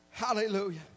Hallelujah